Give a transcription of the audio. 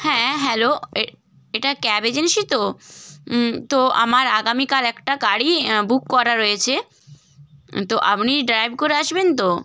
হ্যাঁ হ্যালো এটা cab agency তো তো আমার আগামীকাল একটা গাড়ি বুক করা রয়েছে তো আপনি ড্রাইভ করে আসবেন তো